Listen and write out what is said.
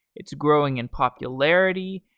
it's growing in popularity,